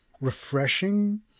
refreshing